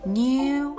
new